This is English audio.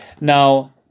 Now